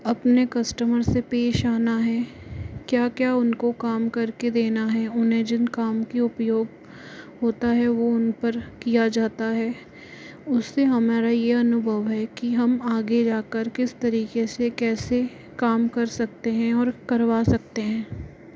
अपने कस्टमर से पेश आना है क्या क्या उनको काम कर के देना है उन्हें जिन काम के उपयोग होता है वो उन पर किया जाता है उससे हमारा यह अनुभव है कि हम आगे जाकर किस तरीके से कैसे काम कर सकते हैं और करवा सकते हैं